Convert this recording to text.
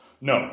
no